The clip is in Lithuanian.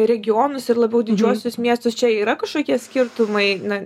regionus ir labiau didžiuosius miestus čia yra kažkokie skirtumai na